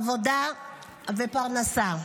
עבודה ופרנסה.